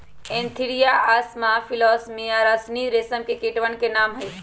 Antheraea assama Philosamia ricini रेशम के कीटवन के नाम हई